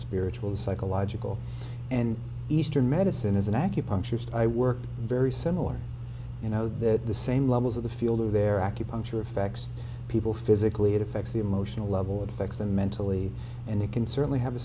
spiritual psychological and eastern medicine as an acupuncturist i work very similar you know that the same levels of the field of their acupuncture effects people physically it affects the emotional level it affects them mentally and it can certainly have a